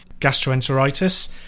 gastroenteritis